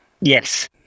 yes